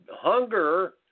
hunger